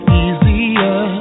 easier